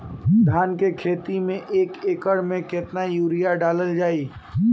धान के खेती में एक एकड़ में केतना यूरिया डालल जाई?